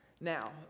Now